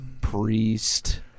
Priest